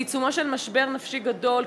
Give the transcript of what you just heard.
בעיצומו של משבר נפשי גדול,